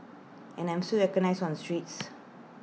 and I'm still recognised on the streets